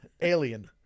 alien